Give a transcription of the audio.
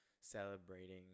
celebrating